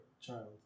child